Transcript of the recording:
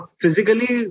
physically